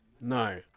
No